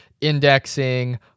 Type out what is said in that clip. indexing